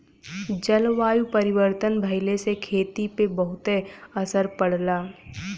जलवायु परिवर्तन भइले से खेती पे बहुते असर पड़ला